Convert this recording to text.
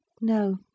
No